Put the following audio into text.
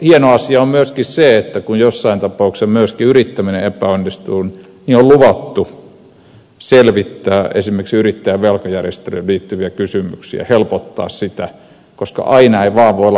hieno asia on myöskin se että kun joissain tapauksissa myöskin yrittäminen epäonnistuu niin on luvattu selvittää esimerkiksi yrittäjän velkajärjestelyyn liittyviä kysymyksiä helpottaa sitä koska aina ei vaan voi olla menestyjiä